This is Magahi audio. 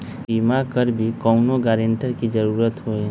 बिमा करबी कैउनो गारंटर की जरूरत होई?